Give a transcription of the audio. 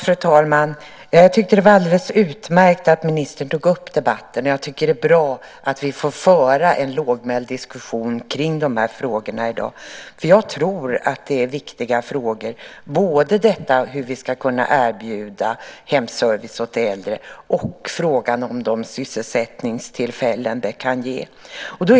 Fru talman! Jag tycker att det är alldeles utmärkt att ministern tog upp debatten. Det är bra att vi får föra en lågmäld diskussion om de här frågorna i dag. Jag tror att det är viktiga frågor. Det handlar både om hur vi ska kunna erbjuda hemservice åt äldre och vilka sysselsättningstillfällen det kan ge.